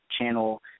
Channel